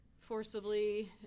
forcibly